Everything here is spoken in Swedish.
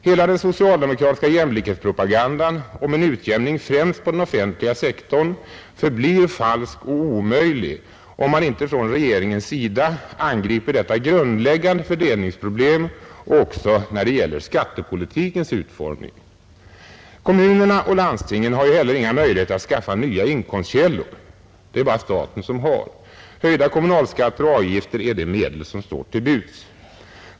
Hela den socialdemokratiska jämlikhetspropagandan om en utjämning främst på den offentliga sektorn förblir falsk och omöjlig om inte regeringen angriper detta grundläggande fördelningsproblem också när det gäller skattepolitikens utformning. Kommunerna och landstingen har heller inga möjligheter att skaffa nya inkomstkällor — sådana möjligheter har bara staten. Höjda kommunalskatter och avgifter är de medel som står till buds.